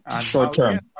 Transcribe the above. short-term